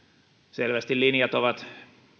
selvästi linjat ovat